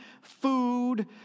food